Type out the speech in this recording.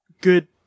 good